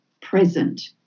present